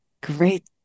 great